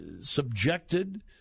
subjected